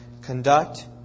Conduct